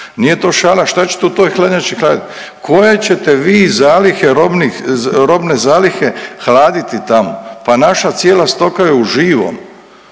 Nije to šala, šta ćete u toj hladnjači hladit. Koje ćete vi zalihe robnih, robne zalihe hladiti tamo? Pa naša cijela stoka je u živom.